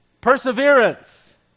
Perseverance